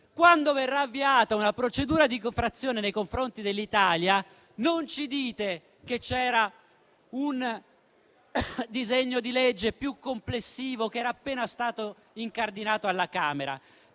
quando verrà avviata una procedura di infrazione nei confronti dell'Italia, non ci dite che c'era un disegno di legge più complessivo che era appena stato incardinato alla Camera.